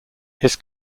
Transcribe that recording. his